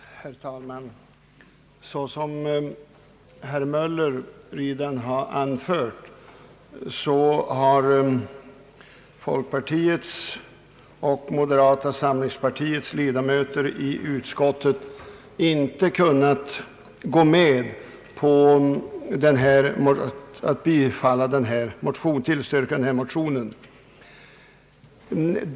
Herr talman! Såsom herr Möller redan har anfört har folkpartiets och moderata samlingspartiets ledamöter i utskottet inte kunnat gå med på att tillstyrka motionen.